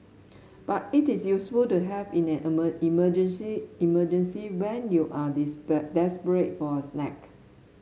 but it is useful to have in an emergency emergency when you are desperate for a snack